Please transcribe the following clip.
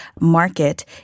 market